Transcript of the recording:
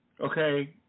okay